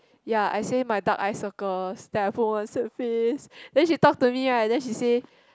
ya I say my dark eye circles then I put one sad face then she talk to me right then she say